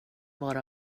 vara